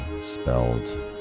spelled